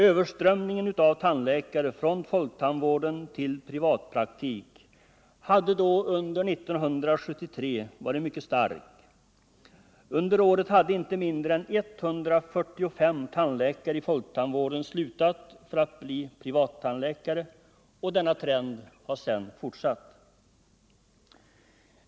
Överströmningen av tandläkare från folktandvården till privatpraktik hade under 1973 varit mycket stark. Under det året hade inte mindre än 145 tandläkare i folktandvården slutat för att bli privattandläkare. Denna trend har sedan fortsatt.